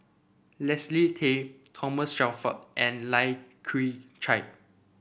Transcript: Leslie Tay Thomas Shelford and Lai Kew Chai